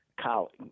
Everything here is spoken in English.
college